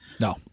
No